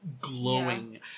glowing